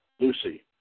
Lucy